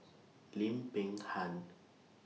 Lim Peng Han